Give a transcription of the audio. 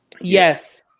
Yes